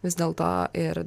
vis dėlto ir